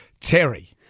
Terry